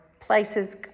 places